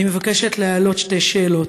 אני מבקשת להעלות שתי שאלות: